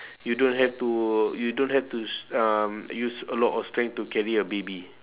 you don't have to you don't have to s~ um use a lot of strength to carry a baby